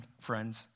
friends